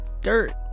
dirt